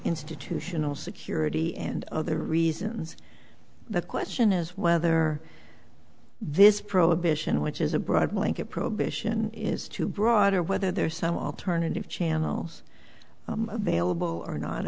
institutional security and other reasons the question is whether this prohibition which is a broad blanket prohibition is too broad or whether there are some alternative channels available are not